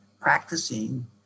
practicing